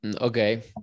Okay